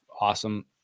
awesome